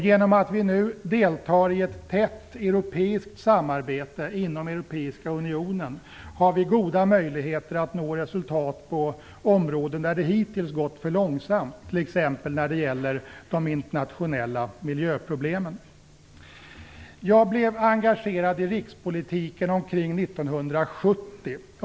Genom att vi nu deltar i ett tätt europeiskt samarbete inom Europeiska unionen har vi goda möjligheter att nå resultat på områden där det hittills gått för långsamt, t.ex. när det gäller de internationella miljöproblemen. Jag blev engagerad i rikspolitiken omkring 1970.